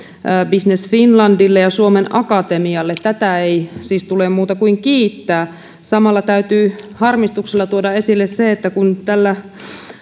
business finlandille ja suomen akatemialle tätä ei siis tule muuta kuin kiittää samalla täytyy harmistuksella tuoda esille se että kun tällä